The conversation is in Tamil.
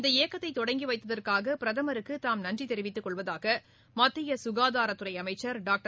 இந்த இயக்கத்தை தொடங்கி வைத்ததற்காக பிரதமருக்கு தாம் நன்றி தெிவித்துக் கொள்வதாக மத்திய சுகாதாரத்துறை அமைச்சர் டாக்டர்